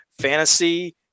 Fantasy